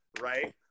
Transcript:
right